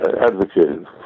advocated